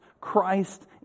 Christ